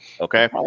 Okay